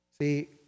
See